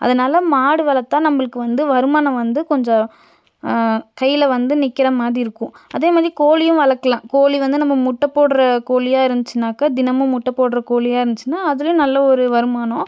அதனால் மாடு வளர்த்தா நம்மளுக்கு வந்து வருமானம் வந்து கொஞ்சம் கையில் வந்து நிற்கிற மாதிரி இருக்கும் அதேமாதிரி கோழியும் வளர்க்கலாம் கோழி வந்து நம்ம முட்டைப் போடுற கோழியா இருந்துச்சின்னாக்கா தினமும் முட்டைப் போடுற கோழியா இருந்துச்சின்னால் அதிலையும் நல்ல ஒரு வருமானம்